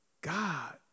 God